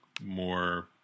more